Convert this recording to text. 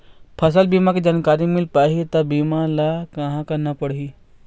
फसल बीमा के जानकारी मिल पाही ता बीमा ला कहां करना पढ़ी?